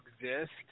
exist